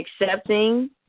accepting